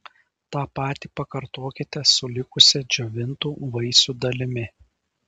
tą patį pakartokite su likusia džiovintų vaisių dalimi